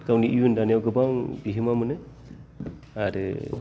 गावनि इयुन दानायाव गोबां बिहोमा मोनो आरो